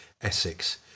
Essex